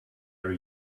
are